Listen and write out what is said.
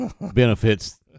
benefits